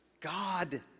God